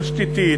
תשתיתית,